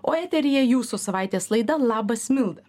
o eteryje jūsų savaitės laida labas milda